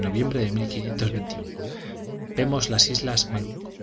noviembre de emos las islas malucco